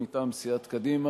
מטעם סיעת קדימה,